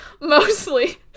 mostly